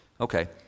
Okay